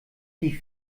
die